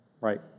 right